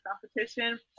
competition